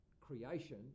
creation